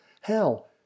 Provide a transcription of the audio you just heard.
hell